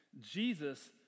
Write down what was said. Jesus